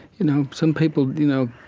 you know, some people, you know,